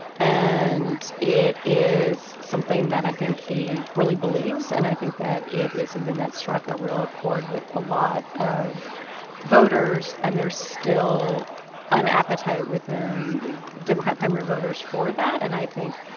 and it is something that i think he really believes and i think that it is something that struck a real chord with a lot of voters. and there's still an appetite within democrat primary voters for that, and i think,